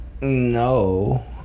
No